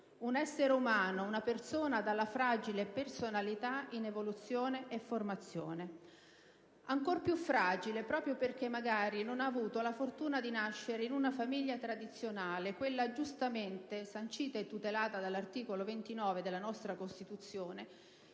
un essere umano, una persona dalla fragile personalità in evoluzione e formazione. Ancor più fragile proprio perché, magari, non ha avuto la fortuna di nascere in una famiglia tradizionale, quella giustamente sancita e tutelata dall'articolo 29 della nostra Costituzione,